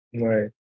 Right